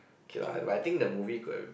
okay lah I think the movie could have